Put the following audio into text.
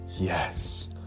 Yes